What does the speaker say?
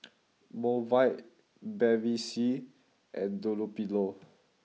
Mobike Bevy C and Dunlopillo